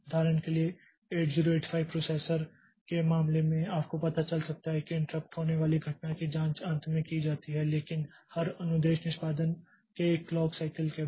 उदाहरण के लिए 8085 प्रोसेसर के मामले में आपको पता चल सकता है कि इंट्रप्ट होने वाली घटना की जाँच अंत में की जाती है लेकिन हर अनुदेश निष्पादन के एक क्लॉक साइकल के बाद